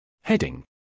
Heading